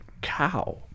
cow